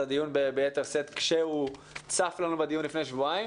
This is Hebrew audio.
הדיון ביתר שאת כשהוא צף לנו בדיון לפני שבועיים.